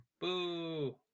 Boo